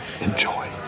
Enjoy